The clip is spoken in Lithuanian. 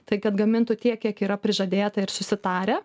tai kad gamintų tiek kiek yra prižadėta ir susitarę